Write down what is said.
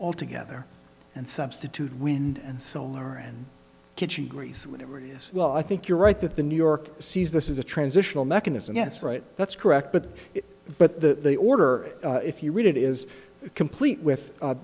altogether and substitute wind and solar and kitchen grease whatever it is well i think you're right that the new york sees this is a transitional mechanism that's right that's correct but but the order if you read it is complete with